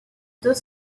deux